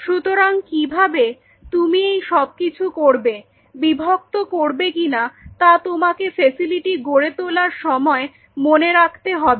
সুতরাং কিভাবে তুমি এই সবকিছু করবে বিভক্ত করবে কিনা তা তোমাকে ফ্যাসিলিটি গড়ে তোলার সময় মনে রাখতে হবে